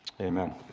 amen